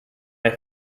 they